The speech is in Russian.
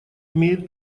имеет